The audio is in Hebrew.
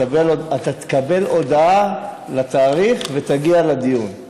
אתה תקבל הודעה על התאריך ותגיע לדיון.